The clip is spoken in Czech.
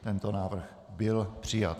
Tento návrh byl přijat.